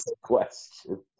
question